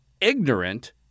ignorant